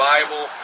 Bible